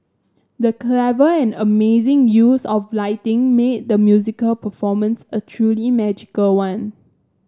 the clever and amazing use of lighting made the musical performance a truly magical one